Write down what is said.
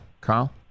Kyle